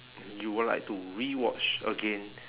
you would like to rewatch again